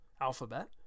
Alphabet